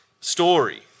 story